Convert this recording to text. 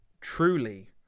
truly